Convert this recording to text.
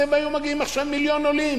הזה והיו מגיעים עכשיו מיליון עולים.